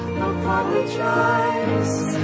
apologize